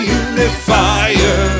unifier